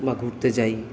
বা ঘুরতে যাই